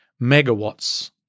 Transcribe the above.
megawatts